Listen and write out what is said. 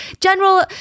General